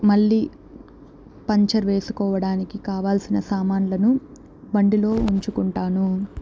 మళ్ళీ పంక్చర్ వేసుకోవడానికి కావాలసిన సామాన్లను బండిలో ఉంచుకుంటాను